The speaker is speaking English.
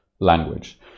language